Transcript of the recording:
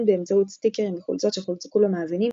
הן באמצעות סטיקרים וחולצות שחולקו למאזינים,